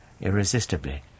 irresistibly